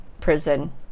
prison